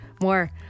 More